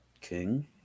King